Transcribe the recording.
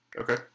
Okay